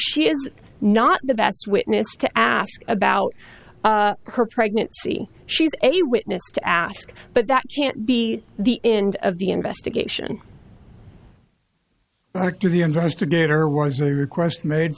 she is not the best witness to ask about her pregnancy she's a witness to ask but that can't be the end of the investigation back to the investigator was a request made